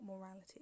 morality